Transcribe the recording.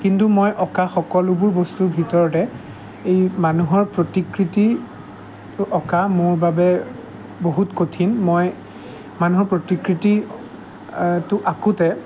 কিন্তু মই অঁকা সকলোবোৰ বস্তুৰ ভিতৰতে এই মানুহৰ প্ৰতিকৃতিটো অঁকা মোৰ বাবে বহুত কঠিন মই মানুহৰ প্ৰতিকৃতি টো আকোঁতে